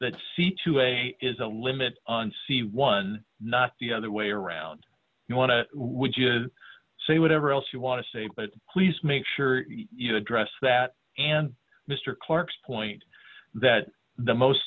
that c two a is a limit on c one not the other way around you want to would you say whatever else you want to say but please make sure you address that and mister clarke's point that the most